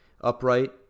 Upright